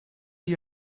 you